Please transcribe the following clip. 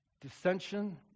dissension